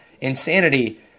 Insanity